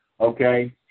Okay